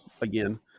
again